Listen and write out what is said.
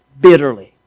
bitterly